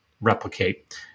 replicate